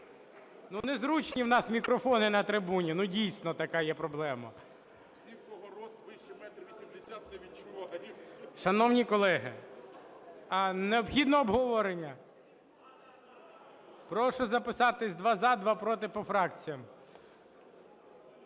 Ну, незручні у нас мікрофони на трибуні, ну, дійсно, така є проблема. Шановні колеги, а необхідно обговорення? Прошу записатись: два – за, два – проти, по фракціях.